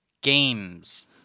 games